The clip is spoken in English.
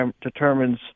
determines